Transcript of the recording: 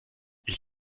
ich